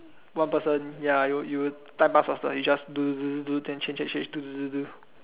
one person ya you'll you'll time pass faster you just do do do do do then change change do do do do